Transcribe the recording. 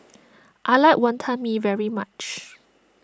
I like Wonton Mee very much